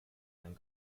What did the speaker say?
ein